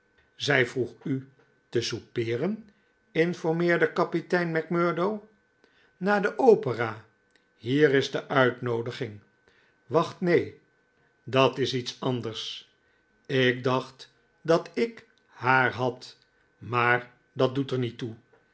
zij vroeg u te soupeeren informeerde kapitein macmurdo na de opera hier is de uitnoodiging wacht nee dat is iets anders ik dacht dat ik haar had maar dat doet er niet toe